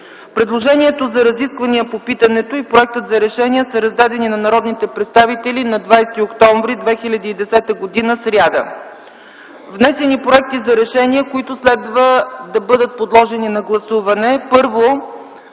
Предложението за разискванията по питането и проектът за решение са раздадени на народните представители на 20 октомври 2010 г., сряда. Внесени са проекти за решение, които следва да бъдат подложени на гласуване. Първо,